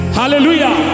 Hallelujah